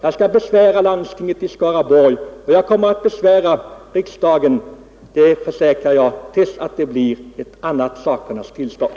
Jag skall besvära landstinget i Skaraborgs län och jag kommer att besvära riksdagen till dess att det blir ett annat sakernas tillstånd.